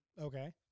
Okay